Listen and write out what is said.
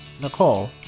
Nicole